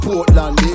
Portland